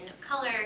color